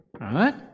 right